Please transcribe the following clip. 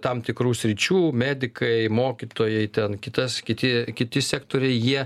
tam tikrų sričių medikai mokytojai ten kitas kiti kiti sektoriai jie